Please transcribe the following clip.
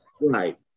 Right